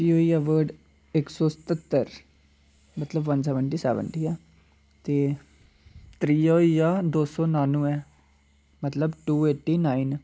फ्ही होई गेआ वर्ड इक सौ सतहत्तर मतलब वन सेवनटी सेवन ठीक ऐ ते त्रीआ होई गेआ दो सौ नानुऐ मतलब टू ऐटी नाइन